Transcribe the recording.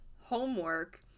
homework